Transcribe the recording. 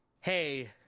hey